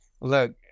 Look